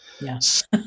yes